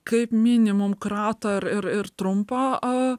kaip minimum kratą ir ir trumpą a